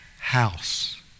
house